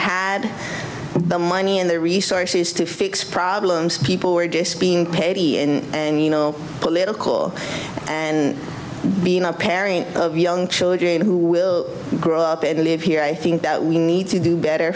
had the money and the resources to fix problems people were just being paid in and you know political and being a parent of young children who will grow up and live here i think we need to do better